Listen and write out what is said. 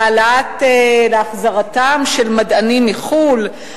להחזרתם של מדענים מחו"ל.